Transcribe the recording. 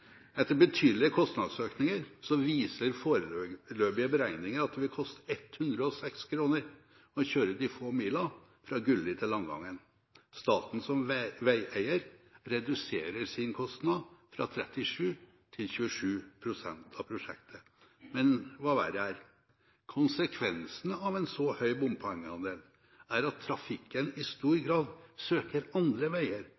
Etter betydelige kostnadsøkninger viser foreløpige beregninger at det vil koste 106 kr å kjøre de få milene fra Gulli til Langangen. Staten som veieier reduserer sin kostnad fra 37 til 27 pst. av prosjektet. Men hva verre er: Konsekvensen av en så høy bompengeandel er at trafikken i stor grad søker andre veier,